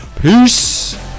Peace